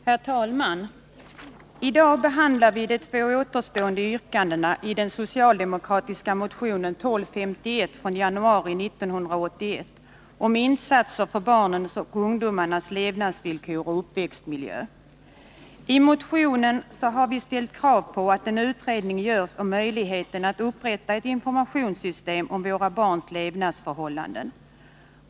Herr talman! I dag behandlar vi de två återstående yrkandena i den socialdemokratiska motionen 1251 från januari 1981 om insatser för barnens och ungdomarnas levnadsvillkor och uppväxtmiljö. I motionen har vi ställt krav på att en utredning görs om möjligheten att upprätta ett informationssystem rörande våra barns levnadsförhållanden.